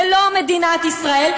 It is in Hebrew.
ולא מדינת ישראל,